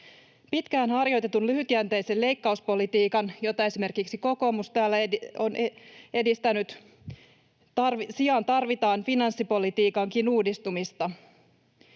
Pitkään harjoitetun lyhytjänteisen leikkauspolitiikan, jota esimerkiksi kokoomus täällä on edistänyt, sijaan tarvitaan finanssipolitiikankin uudistumista.